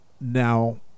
Now